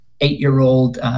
eight-year-old